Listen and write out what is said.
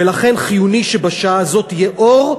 לכן חיוני שבשעה הזאת יהיה אור,